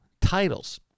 titles